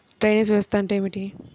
Drainage వ్యవస్థ అంటే ఏమిటి?